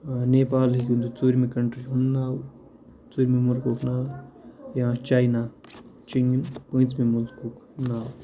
نیپال ہیٚکہِون تُہۍ ژوٗرمہِ کَنٹِرٛی ہُنٛد ناو ژوٗرمہِ مُلکُک ناو یا چَینا چیٖن پونٛژمہِ مُلکُک ناو